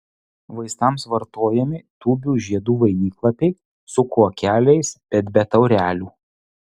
vaistams vartojami tūbių žiedų vainiklapiai su kuokeliais bet be taurelių